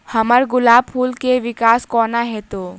हम्मर गुलाब फूल केँ विकास कोना हेतै?